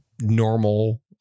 normal